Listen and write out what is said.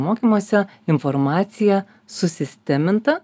mokymosi informacija susisteminta